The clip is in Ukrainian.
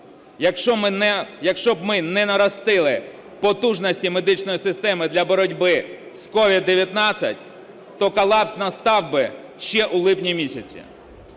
якщо б ми не наростили потужностей медичної системи для боротьби з COVID-19, то колапс настав би ще у липні місяці.